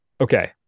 Okay